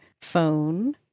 phone